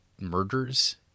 murders